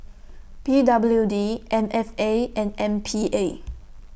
P W D M F A and M P A